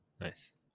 Nice